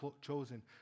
chosen